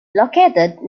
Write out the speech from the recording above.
located